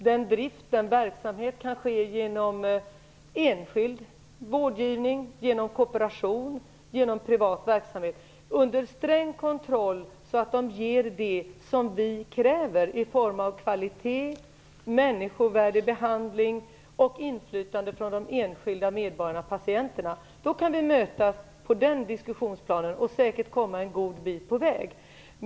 Denna drift, denna verksamhet, kan ske genom enskild vårdgivning, genom kooperation och genom privat verksamhet under sträng kontroll så att de ger det som vi kräver i form av kvalitet, människovärdig behandling och inflytande från de enskilda medborgarna och patienterna. Om vi kan vara överens om detta kan vi mötas på det diskussionsplanet och säkert komma en god bit på väg.